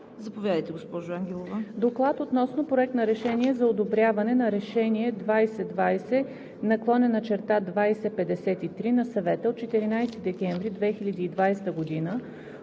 Заповядайте, госпожо Ангелова.